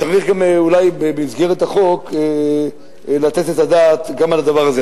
צריך אולי במסגרת החוק לתת את הדעת גם על הדבר הזה.